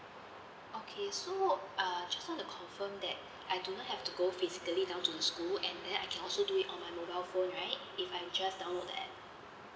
okay so uh just want to confirm that I do not have to go physically down to the school and then I can also do it on my mobile phone right if I just download the A_P_P